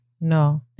No